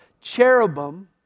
cherubim